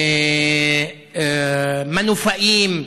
מנופאים,